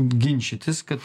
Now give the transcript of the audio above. ginčytis kad